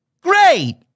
Great